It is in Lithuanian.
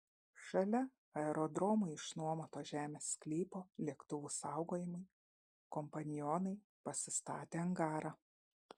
šalia aerodromui išnuomoto žemės sklypo lėktuvų saugojimui kompanionai pasistatė angarą